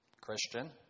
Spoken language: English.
Christian